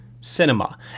cinema